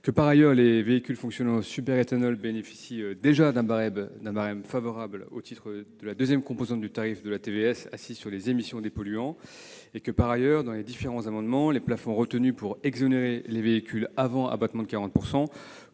Par ailleurs, les véhicules fonctionnant au superéthanol bénéficient déjà d'un barème favorable au titre de la deuxième composante du tarif de la TVS, assise sur les émissions de polluants. De surcroît, les plafonds retenus dans les différents amendements pour exonérer les véhicules avant abattement de 40